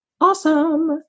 awesome